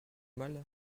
mal